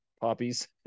poppies